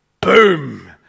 boom